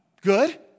good